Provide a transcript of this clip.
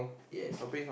yes